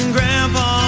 Grandpa